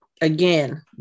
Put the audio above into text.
again